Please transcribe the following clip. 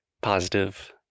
positive